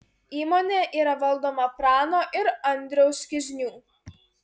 įmonė yra valdoma prano ir andriaus kiznių